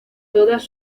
todas